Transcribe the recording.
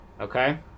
Okay